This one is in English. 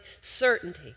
certainty